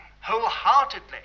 wholeheartedly